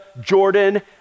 Jordan